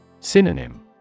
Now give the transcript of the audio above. Synonym